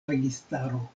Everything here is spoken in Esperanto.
registaro